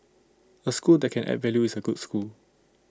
A school that can add value is A good school